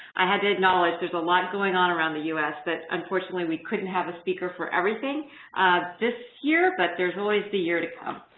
i have to acknowledge, there's a lot going on around the u s. but unfortunately, we couldn't have a speaker for everything this year but there's always the year to come.